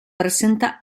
presenta